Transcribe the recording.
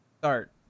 start